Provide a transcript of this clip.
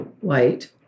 white